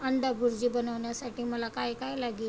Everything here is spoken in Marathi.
अंडा बुर्जी बनवण्यासाठी मला काय काय लागेल